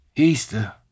Easter